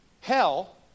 hell